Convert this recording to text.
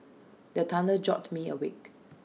the thunder jolt me awake